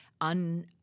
un-